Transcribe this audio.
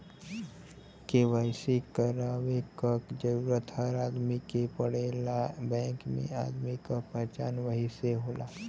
KYC करवाये क जरूरत हर आदमी के पड़ेला बैंक में आदमी क पहचान वही से होला